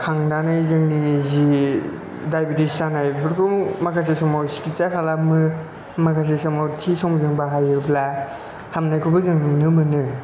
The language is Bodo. खांनानै जोंनि जि दायबेथिस जानायफोरखौ माखासे समाव सिखिदसा खालामो माखासे समाव थि समजों बाहायोब्ला हामनायखौबो जों नुनो मोनो